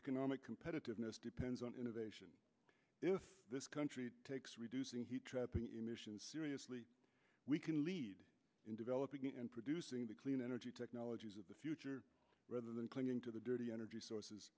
economic competitiveness depends on innovation this country takes reducing heat trapping emissions we can lead in developing and producing the clean energy technologies of the future rather than clinging to the dirty energy sources